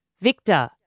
victor